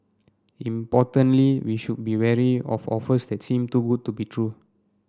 importantly we should be wary of offers that seem too good to be true